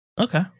Okay